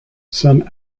some